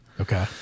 Okay